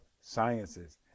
sciences